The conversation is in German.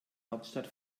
hauptstadt